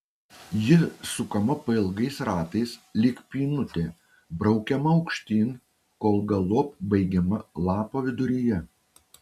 ji sukama pailgais ratais lyg pynutė braukiama aukštyn kol galop baigiama lapo viduryje